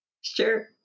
Sure